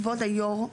כבוד היו"ר,